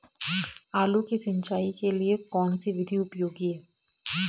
आलू की सिंचाई के लिए कौन सी विधि उपयोगी है?